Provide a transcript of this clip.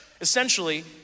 essentially